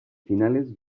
finales